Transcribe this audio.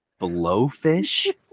Blowfish